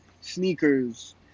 Sneakers